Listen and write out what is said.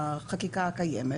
בחקיקה הקיימת.